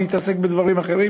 נתעסק בדברים אחרים,